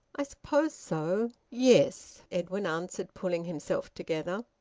i suppose so. yes, edwin answered, pulling himself together.